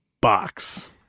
box